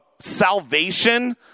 salvation